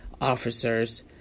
officers